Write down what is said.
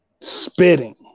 spitting